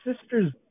sister's